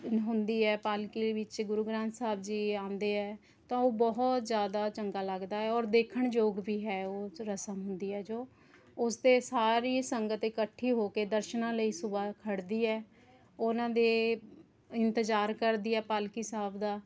ਹੁੰਦੀ ਹੈ ਪਾਲਕੀ ਵਿੱਚ ਗੁਰੂ ਗ੍ਰੰਥ ਸਾਹਿਬ ਜੀ ਆਉਂਦੇ ਹੈ ਤਾਂ ਉਹ ਬਹੁਤ ਜ਼ਿਆਦਾ ਚੰਗਾ ਲੱਗਦਾ ਹੈ ਔਰ ਦੇਖਣਯੋਗ ਵੀ ਹੈ ਉਹ ਰਸਮ ਹੁੰਦੀ ਹੈ ਜੋ ਉਸ 'ਤੇ ਸਾਰੀ ਸੰਗਤ ਇਕੱਠੀ ਹੋ ਕੇ ਦਰਸ਼ਨਾਂ ਲਈ ਸੁਬਾਹ ਖੜ੍ਹਦੀ ਹੈ ਉਹਨਾਂ ਦੇ ਇੰਤਜ਼ਾਰ ਕਰਦੀ ਹੈ ਪਾਲਕੀ ਸਾਹਿਬ ਦਾ